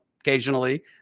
occasionally